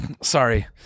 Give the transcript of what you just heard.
Sorry